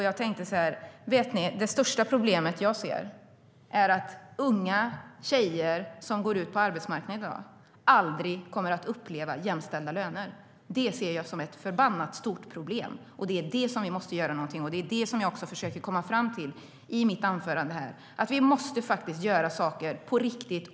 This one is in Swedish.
Jag tänkte då: Vet ni, det största problemet jag ser är att unga tjejer som går ut på arbetsmarknaden i dag aldrig kommer att uppleva jämställda löner. Det ser jag som ett förbannat stort problem, och det är det som vi måste göra någonting åt. Det var det som jag försökte komma fram till i mitt anförande. Vi måste faktiskt göra saker på riktigt.